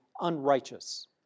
unrighteous